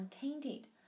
untainted